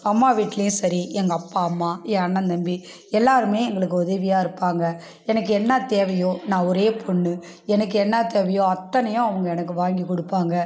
அம்மா வீட்லேயும் சரி எங்கள் அப்பா அம்மா என் அண்ணன் தம்பி எல்லாரும் எங்களுக்கு உதவியாக இருப்பாங்க எனக்கு என்ன தேவையோ நான் ஒரே பொண்ணு எனக்கு என்ன தேவையோ அத்தனையும் அவங்க எனக்கு வாங்கி கொடுப்பாங்க